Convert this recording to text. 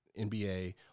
NBA